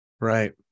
Right